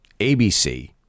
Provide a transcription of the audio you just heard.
ABC